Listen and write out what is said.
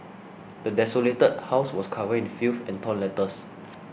the desolated house was covered in filth and torn letters